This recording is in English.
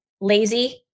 lazy